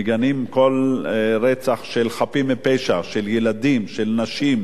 מגנים כל רצח של חפים מפשע, של ילדים, של נשים,